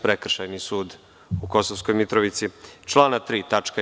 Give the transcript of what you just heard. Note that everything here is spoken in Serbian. Prekršajni sud u Kosovskoj Mitrovici, člana 3. tačka 11.